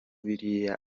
biriya